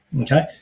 okay